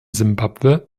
simbabwe